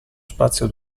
spazio